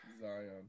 Zion